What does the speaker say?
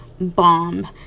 bomb